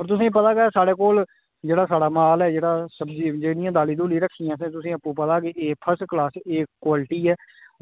होर तुसेंगी पता गै साढ़े कोल जेह्ड़ा साढ़ा माल ऐ जेह्ड़ा सब्जी जेह्ड़ियां दालीं दुली रक्खी दियां असें तुसेंगी आपूं पता के एह् फर्स्ट क्लास एह् क्वॉलिट ऐ